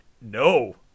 No